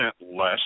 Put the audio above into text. less